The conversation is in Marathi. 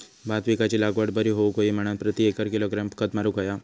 भात पिकाची लागवड बरी होऊक होई म्हणान प्रति एकर किती किलोग्रॅम खत मारुक होया?